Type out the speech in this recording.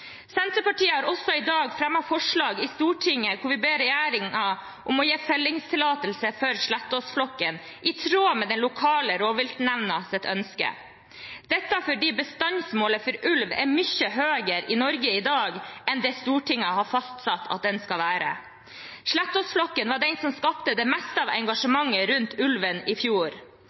Senterpartiet har i dag fremmet et forslag i Stortinget hvor vi ber regjeringen om å gi fellingstillatelse for Slettås-flokken, i tråd med den lokale rovviltnemndas ønske. Dette er fordi bestandsmålet for ulv er mye høyere i Norge i dag enn det Stortinget har fastsatt at det skal være. Slettås-flokken var den som skapte det meste av engasjementet rundt ulven i fjor.